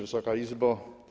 Wysoka Izbo!